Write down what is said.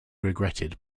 regretted